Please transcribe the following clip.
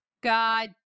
God